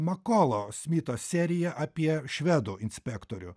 makolo smito serija apie švedų inspektorių